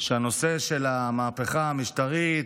שהנושא של המהפכה המשטרית,